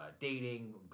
dating